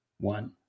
one